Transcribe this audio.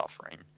suffering